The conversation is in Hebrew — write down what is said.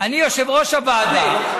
אני יושב-ראש הוועדה,